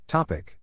Topic